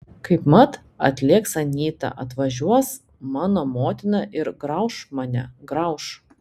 kaipmat atlėks anyta atvažiuos mano motina ir grauš mane grauš